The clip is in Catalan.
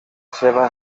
seva